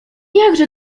jakże